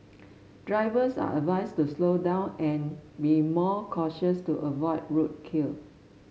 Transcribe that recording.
drivers are advised to slow down and be more cautious to avoid roadkill